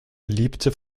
beliebte